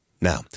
Now